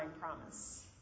promise